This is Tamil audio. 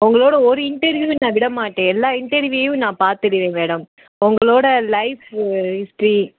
உங்களோட ஒரு இன்டர்வியூவையும் நான் விட மாட்டேன் எல்லா இன்டர்வியூவையும் நான் பார்த்துடுவேன் மேடம் உங்களோட லைஃப்பு ஹிஸ்ட்ரி